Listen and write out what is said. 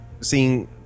seeing